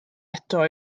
eto